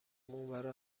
اونورا